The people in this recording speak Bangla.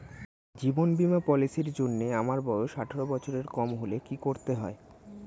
জীবন বীমা পলিসি র জন্যে আমার বয়স আঠারো বছরের কম হলে কি করতে হয়?